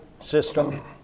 system